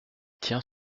tient